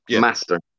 Master